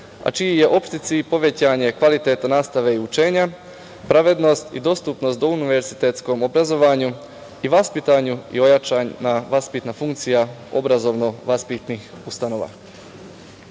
a čiji je opšti cilj povećanje kvaliteta nastave i učenja, pravednost i dostupnost univerzitetskog obrazovanja i vaspitanja i ojačana vaspitna funkcija obrazovno vaspitnih ustanova. Voleo